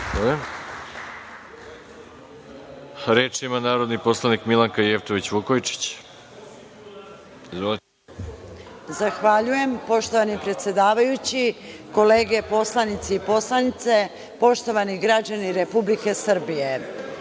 Jevtović Vukojičić. **Milanka Jevtović Vukojičić** Zahvaljujem. Poštovani predsedavajući, kolege poslanici i poslanice, poštovani građani Republike Srbije,